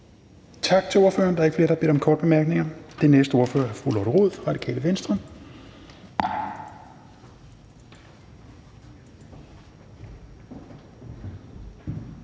Tak til ordføreren. Der er ikke flere, der har bedt om korte bemærkninger. Den næste ordfører er fru Lotte Rod, Radikale Venstre.